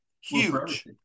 Huge